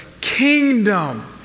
kingdom